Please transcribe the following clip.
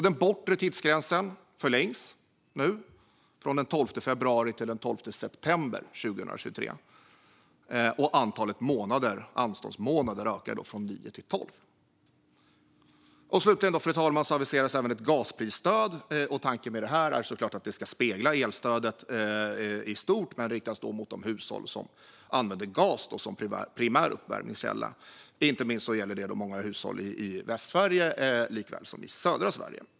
Den bortre tidsgränsen förlängs nu, från den 12 februari till den 12 september 2023, och antalet anståndsmånader ökar från nio till tolv. Fru talman! Slutligen aviseras även ett gasprisstöd. Tanken med det är att det ska spegla elstödet i stort, men det ska riktas mot de hushåll som använder gas som primär uppvärmningskälla. Inte minst gäller detta många hushåll i Västsverige och i södra Sverige.